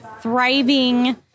thriving